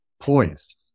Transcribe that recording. poised